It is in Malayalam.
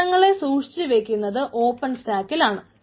ചിത്രങ്ങളെ സൂക്ഷിച്ച് വച്ചിരിക്കുന്നത് ഓപ്പൺ സ്റ്റാക്കിലാണ്